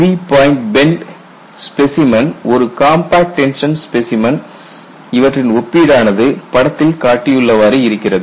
three point bend specimen ஒரு compact tension specimen இவற்றின் ஒப்பீடு ஆனது படத்தில் காட்டியுள்ளவாறு இருக்கிறது